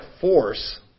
force